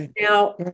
Now